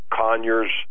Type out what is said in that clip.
Conyers